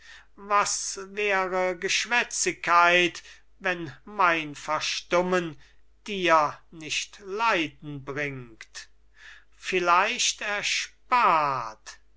was wäre geschwätzigkeit wenn mein verstummen dir nicht leiden bringt vielleicht erspart